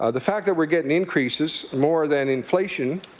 ah the fact that we're getting increases more than inflation,